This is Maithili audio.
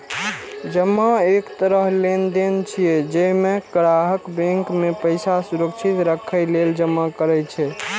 जमा एक तरह लेनदेन छियै, जइमे ग्राहक बैंक मे पैसा सुरक्षित राखै लेल जमा करै छै